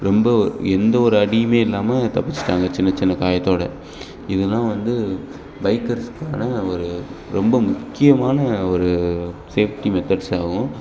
ரொம்ப எந்த ஒரு அடியுமே இல்லாமல் தப்பிச்சுட்டாங்க சின்னச் சின்ன காயத்தோடு இதெல்லாம் வந்து பைக்கர்ஸ்க்கான ஒரு ரொம்ப முக்கியமான ஒரு சேஃப்ட்டி மெத்தட்ஸ் ஆகும்